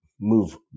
move